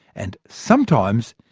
and sometimes,